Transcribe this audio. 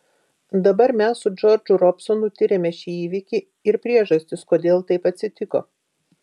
dabar mes su džordžu robsonu tiriame šį įvykį ir priežastis kodėl taip atsitiko